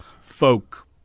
folk